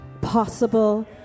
possible